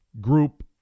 group